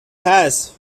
هست